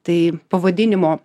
tai pavadinimo